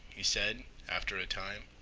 he said, after a time.